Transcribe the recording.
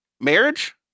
Marriage